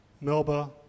Melba